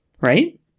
Right